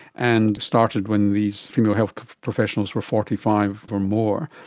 and started when these female health professionals were forty five or more.